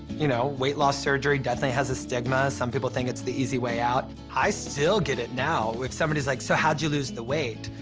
you know, weight loss surgery definitely has a stigma. some people think it's the easy way out. i still get it now. somebody's like, so, how'd you lose the weight?